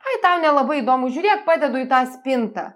ai tau nelabai įdomu žiūrėk padedu į tą spintą